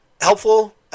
helpful